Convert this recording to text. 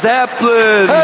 Zeppelin